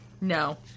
no